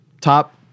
top